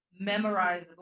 memorize